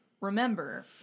remember